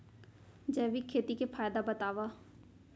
जैविक खेती के फायदा बतावा?